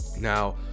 Now